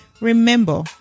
Remember